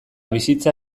bizitza